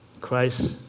Christ